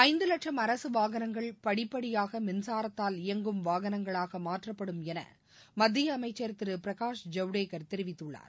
ஐந்து லட்சம் அரசு வாகனங்கள் படிப்படியாக மிள்சாரத்தால் இயங்கும் வாகனங்களாக மாற்றப்படும் என மத்திய அனமச்சர் திரு பிரகாஷ் ஜவடேகர் தெரிவித்துள்ளார்